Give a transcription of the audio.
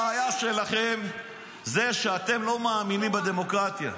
אתם, הבעיה שלכם זה שאתם לא מאמינים בדמוקרטיה.